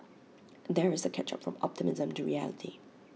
there is A catch up from optimism to reality